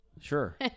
Sure